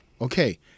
Okay